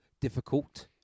difficult